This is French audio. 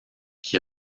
qui